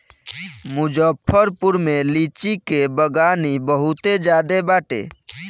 मुजफ्फरपुर में लीची के बगानी बहुते ज्यादे बाटे